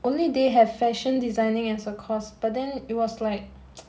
only they have fashion designing as a course but then it was like